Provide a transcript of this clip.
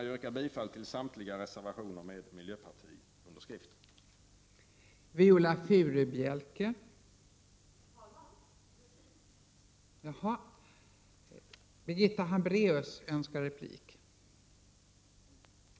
Jag yrkar bifall till samtliga reservationer som miljöpartiets företrädare i utskottet undertecknat.